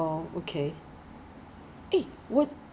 then in Singapore when you see just walk pass you are not going to buy